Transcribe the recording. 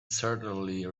certainly